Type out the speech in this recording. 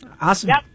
Awesome